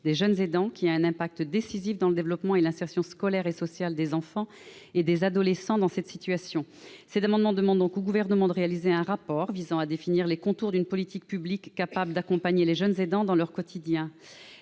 des jeunes aidants, qui a un impact décisif dans le développement et l'insertion scolaire et sociale des enfants et des adolescents dans cette situation. Nous demandons un rapport au Gouvernement visant à définir les contours d'une politique publique capable d'accompagner les jeunes aidants dans leur quotidien.